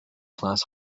class